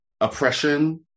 oppression